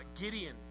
Gideon